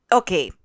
okay